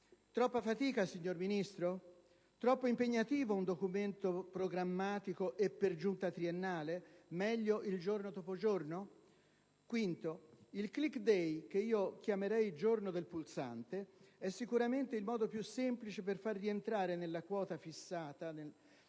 Troppa fatica, signor Ministro? Troppo impegnativo un documento programmatico, e per giunta triennale? Meglio il giorno dopo giorno? Quinto. Il *click day*, che chiamerei il giorno del pulsante, è sicuramente il modo più semplice per far rientrare nella quota fissata